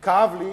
גם לי,